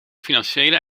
financiële